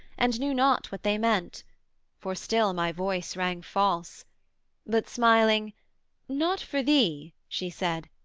and knew not what they meant for still my voice rang false but smiling not for thee she said,